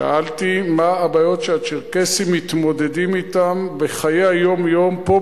שאלתי מה הבעיות שהצ'רקסים מתמודדים אתן בחיי היום-יום פה,